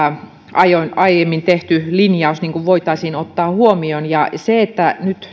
aiemmin aiemmin tehty linjaus voitaisiin ottaa huomioon se että nyt